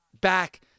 back